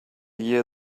year